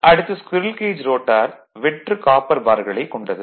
அடுத்து squirrel cage rotor வெற்று copper பார்களைக் கொண்டது